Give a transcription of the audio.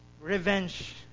revenge